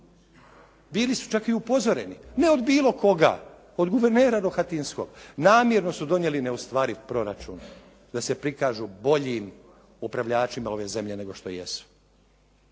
Bili su čak i upozoreni, ne od bilo koga, od guvernera Rohatinskog. Namjerno su donijeli neostvariv proračun da se prikažu boljim upravljačima ove zemlje nego što jesu.